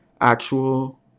actual